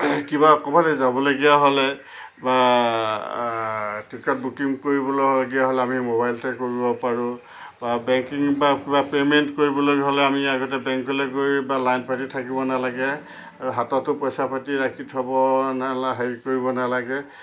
কিবা ক'ৰবালৈ যাবলগীয়া হ'লে বা টিকেট বুকিং কৰিবলগীয়া হ'লে আমি মোবাইলতে কৰিব পাৰোঁ বা বেংকিং বা কিবা পে'মেণ্ট কৰিবলৈ হ'লে আমি আগতে বেংকলৈ গৈ বা লাইন পাতি থাকিব নেলাগে আৰু হাততো পইচা পাতি ৰাখি থ'ব নেলা হেৰি কৰিব নেলাগে